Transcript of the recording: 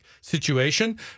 situation